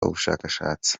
ubushakashatsi